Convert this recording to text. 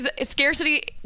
scarcity